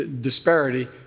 disparity